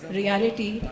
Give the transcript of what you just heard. reality